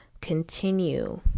continue